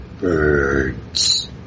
birds